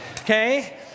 okay